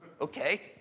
Okay